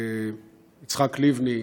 יצחק לבני,